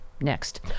next